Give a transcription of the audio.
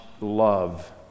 love